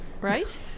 Right